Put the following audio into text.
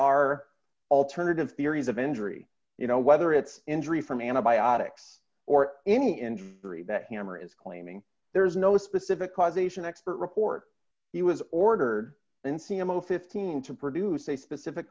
are alternative theories of injury you know whether it's injury from antibiotics or any injury that hammer is claiming there's no specific causation expert report he was ordered in c m o fifteen to produce a specific